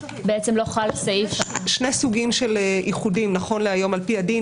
יש שני סוגי איחודים נכון להיום על פי הדין,